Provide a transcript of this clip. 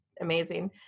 amazing